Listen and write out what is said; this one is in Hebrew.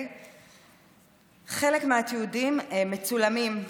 חלק מהתיעודים מצולמים.